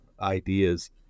ideas